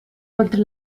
oltre